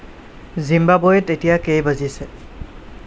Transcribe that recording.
জিম্বাবৱে'ত এতিয়া কেই বাজিছে